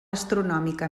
astronòmica